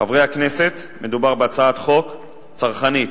חברי הכנסת, מדובר בהצעת חוק צרכנית